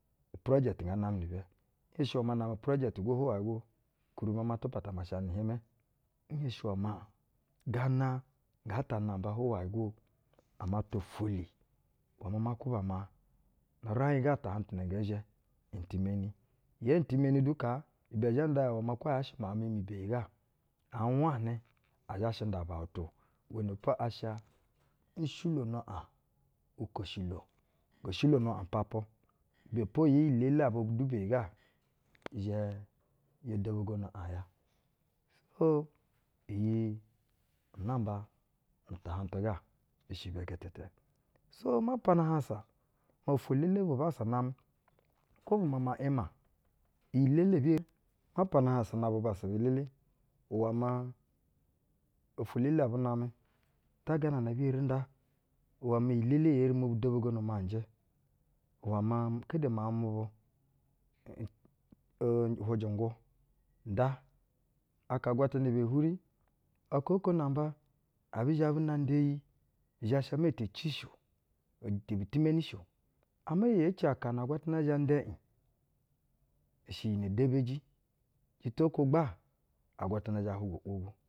Uperɛjɛti nga namɛ niribɛ. Nhenshi iwɛ maa na-amɛ upurɛjɛti gonu hwuwayɛ go, ukwuribi maa ma tupa ta ma shanɛ i hieƞmɛ. Nhenshi iwɛ maa gana nga ta namba hwuwayɛ go ama twa-ifelu iwɛ maa ma kwuba maa, nu-uraiƞga tahaƞnu tu na ngɛ zhɛ iƞtimeni. Yee ntimeni du kaa ibɛ zhɛ nda ya maa kwo yaa shɛ miauƞ mi, mi beyiga aa wanɛ a zha shɛ nda ubauta o. iwɛnɛ po asha nshilono, aƞuloshilo, ngoo shilono aƞukoshilo ngoo shilono aƞupapwu, ibɛ po iyi-elele aba du beyi ga i zhɛ yod obo gono aƞya. Nu gana ata, iyi i namba nu tahaƞnu tu ga i shɛ ibɛ gɛtɛtɛ. Na gana ata, ma pana ahansa, maa ofwo-elele bubassa namɛ, kwo bu mama ima-iyi-elele ebi eri. ma pana ahansa na bubassa be-elele iwɛ maa ofwo-elele abu namɛ, nda gana nae bi eri nda iwɛ iyi-elele eri mob u dobogono maa njɛ, iwɛ maa kede miauƞ mu bu aa hwujɛ ungwu nda. Aka agwatana ibɛ hwuri. Aka oko namba ɛbi zhɛ bun da iyi, i zha sha ma ite ci shi o i ite bi timeni shi o. Ama yee ci aka na. Agwatana zhɛ nda iƞ, i shɛ iyi nɛ debeji jito-ukwo gba agwata na zhɛ hwuga-u’wo bu.